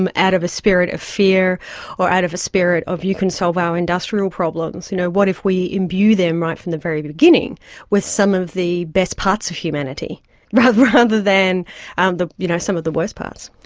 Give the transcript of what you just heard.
um out of a spirit of fear or out of a spirit of you can solve our industrial problems. you know what if we imbue them right from the very beginning with some of the best parts of humanity rather rather than um you know some of the worst parts?